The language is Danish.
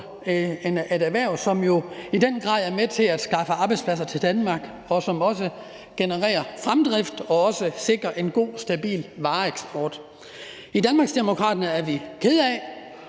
et erhverv, som jo i den grad er med til at skaffe arbejdspladser til Danmark, og som også genererer fremdrift og sikrer en god, stabil vareeksport. I Danmarksdemokraterne er vi kede af,